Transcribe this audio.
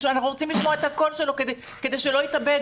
אנחנו רוצים לשמוע את הקול שלו כדי שלא יתאבד,